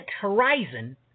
horizon